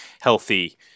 healthy